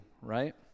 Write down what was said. right